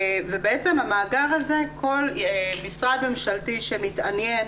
בעצם המאגר הזה כל משרד ממשלתי שמתעניין